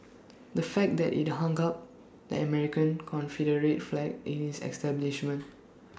the fact that IT hung up the American Confederate flag in its establishment